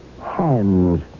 hands